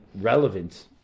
relevant